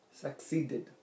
succeeded